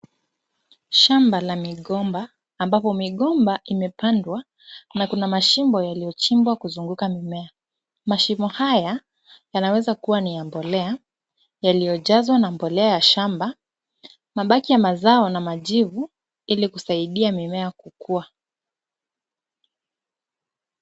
Shamba la migomba ambapo migomba imepandwa na kuna mashimo yaliyochimbwa kuzunguka mimea. Mashimo haya yanaweza kuwa ni ya mbolea yaliyojazwa na mbolea ya shamba, mabaki ya mazao na majivu ili kusaidia mimea kukua.